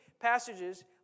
Passages